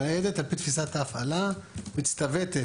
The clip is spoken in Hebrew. הניידת על פי תפיסת ההפעלה, מצטוותת.